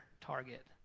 target